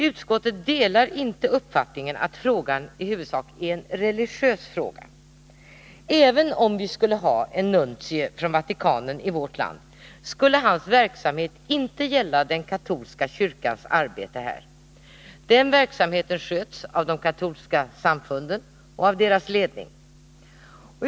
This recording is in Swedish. Utskottet delar inte uppfattningen att frågan i huvudsak är av religiös art. Även om vi skulle ha en nuntie från Vatikanen i vårt land skulle hans verksamhet inte gälla den katolska kyrkans arbete här. Den verksamheten sköts av de katolska samfunden och av deras ledning.